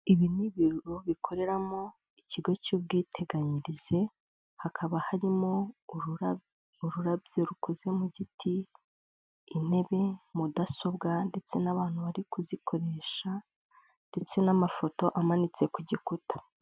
Ibi ni ibiro bikoreramo ikigo cy'ubwiteganyirize. Hakaba harimo ururabyo. Ururabyo rukoze mu giti, intebe, mudasobwa ndetse n'abantu bari kuzikoresha, ndetse n'amafoto amanitse ku gikuta.